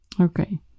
Okay